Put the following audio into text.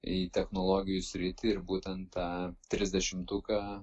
į technologijų sritį ir būtent tą trisdešimtuką